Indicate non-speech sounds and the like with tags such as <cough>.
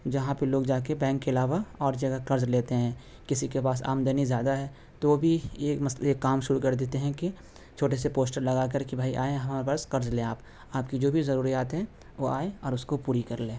جہاں پہ لوگ جا کے بینک کے علاوہ اور جگہ کرض لیتے ہیں کسی کے پاس آمدنی زیادہ ہے تو وہ بھی یہ یہ کام شروع کر دیتے ہیں کہ چھوٹے سے پوسٹر لگا کر کہ بھائی آئیں <unintelligible> پاس قرض لیں آپ آپ کی جو بھی ضروریات ہیں وہ آئیں اور اس کو پوری کر لیں